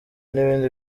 n’ibindi